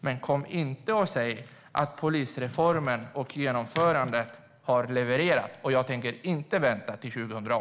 Men kom inte och säg att polisreformen och genomförandet har levererats! Och jag tänker inte vänta till 2018.